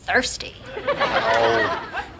thirsty